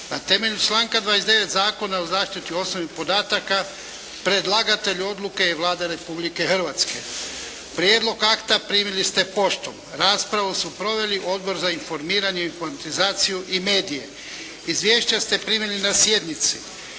Na temelju članka 29. Zakona o zaštiti osobnih podataka predlagatelj odluke je Vlada Republike Hrvatske. Prijedlog akta primili ste poštom. Raspravu su proveli Odbor za informiranje, informatizaciju i medije. Izvješća ste primili na sjednici.